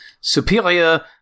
superior